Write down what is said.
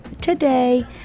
Today